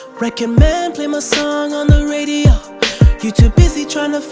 recommend play my song on the radio you too busy trying